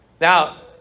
Now